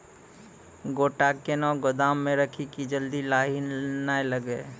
गोटा कैनो गोदाम मे रखी की जल्दी लाही नए लगा?